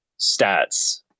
stats